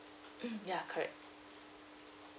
mm ya correct